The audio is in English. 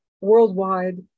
worldwide